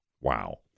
Wow